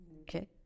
Okay